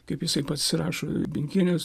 kaip jisai pats rašo binkienės